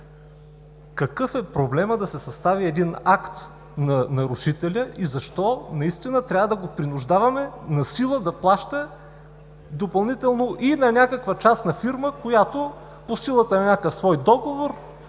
Какъв е проблемът да се състави акт на нарушителя? Защо наистина трябва да го принуждаваме насила да плаща допълнително и на някаква частна фирма, която по силата на някакъв свой договор,